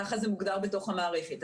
ככה זה מוגדר בתוך המערכת.